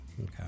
okay